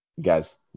Guys